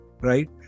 Right